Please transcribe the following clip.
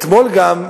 אתמול גם,